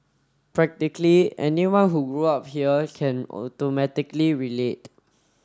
practically anyone who grew up here can automatically relate